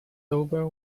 over